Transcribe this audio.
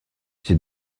c’est